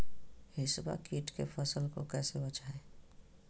हिसबा किट से फसल को कैसे बचाए?